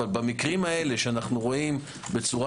אבל במקרים שאנחנו רואים בצורה